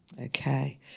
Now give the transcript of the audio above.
Okay